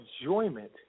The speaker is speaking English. enjoyment